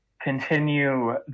continue